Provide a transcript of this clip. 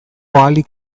ahalik